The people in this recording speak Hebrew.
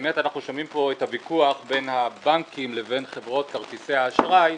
באמת אנחנו שומעים פה את הוויכוח בין הבנקים לבין חברות כרטיסי האשראי,